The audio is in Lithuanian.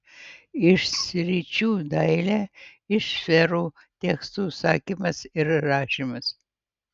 iš sričių dailė iš sferų tekstų sakymas ir rašymas